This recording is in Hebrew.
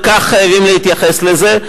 וכך חייבים להתייחס לזה,